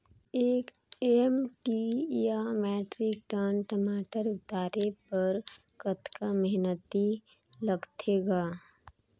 एक एम.टी या metric ton टमाटर उतारे बर कतका मेहनती लगथे ग?